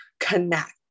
connect